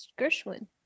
Gershwin